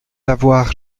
l’avoir